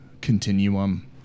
continuum